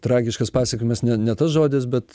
tragiškas pasekmes ne ne tas žodis bet